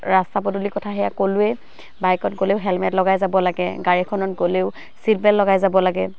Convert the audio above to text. ৰাস্তা পদূলি কথা সেয়া ক'লোৱে বাইকত গ'লেও হেলমেট লগাই যাব লাগে গাড়ীখনত গ'লেও ছিট বেল্ট লগাই যাব লাগে